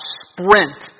sprint